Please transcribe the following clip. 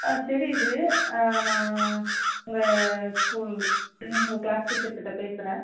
ஆ தெரியுது நா உங்கள் ஸ்கூல் உங்கள் க்ளாஸ் டீச்சர் கிட்ட பேசுகிறேன்